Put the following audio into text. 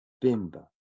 Bimba